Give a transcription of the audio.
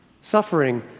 Suffering